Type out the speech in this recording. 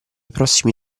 prossimi